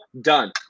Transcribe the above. done